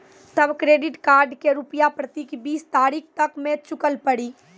तब credit card के रूपिया प्रतीक बीस तारीख तक मे चुकल पड़ी?